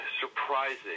surprising